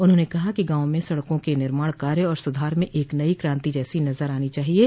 उन्होंने कहा कि गांवों मे सड़कों के निर्माण कार्य और सुधार में एक नई क्रांति जैसी नजर आनी चाहिये